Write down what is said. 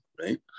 right